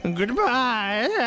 Goodbye